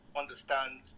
understand